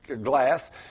glass